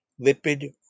lipid